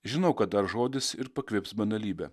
žinau kad dar žodis ir pakvips banalybe